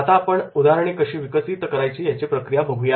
आता आपण उदाहरणे कशी विकसित करायची याची प्रक्रिया बघूया